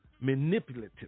manipulative